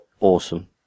awesome